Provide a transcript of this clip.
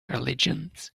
religions